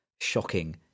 shocking